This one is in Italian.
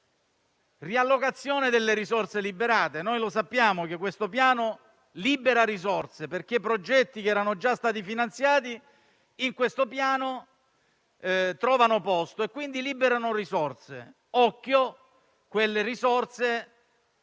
riallocazione delle risorse liberate, sappiamo che il Piano libera risorse, perché progetti che erano già stati finanziati in questo Piano trovano posto e quindi liberano risorse. Attenzione a mettere quelle risorse